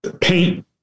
paint